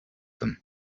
them